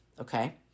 Okay